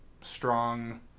strong